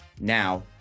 Now